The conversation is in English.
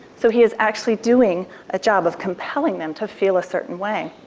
so he is actually doing a job of compelling them to feel a certain way.